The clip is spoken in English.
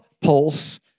pulse